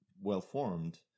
well-formed